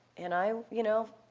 and i, you know,